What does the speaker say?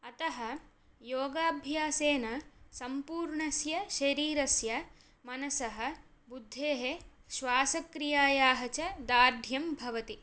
अतः योगाभ्यासेन सम्पूर्णस्य शरीरस्य मनसः बुद्धेः श्वासक्रियायाः च दार्ढ्यं भवति